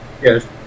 Yes